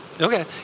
Okay